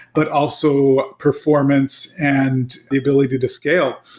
but also performance and the ability to scale.